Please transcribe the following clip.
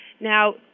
Now